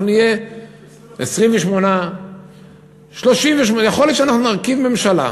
אנחנו נהיה 28. יכול להיות שאנחנו נרכיב ממשלה.